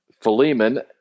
Philemon